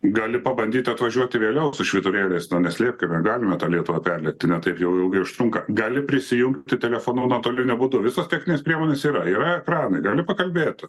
gali pabandyti atvažiuoti vėliau su švyturėliais ten neslėpkime galime tą lietuvą perlėkt ne taip jau ilgai užtrunka gali prisijungti telefonu toli nebūtų visos techninės priemonės yra yra ekranai gali pakalbėti